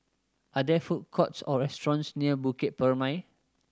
are there food courts or restaurants near Bukit Purmei